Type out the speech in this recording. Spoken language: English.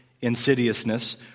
insidiousness